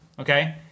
okay